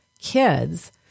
kids